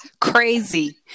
Crazy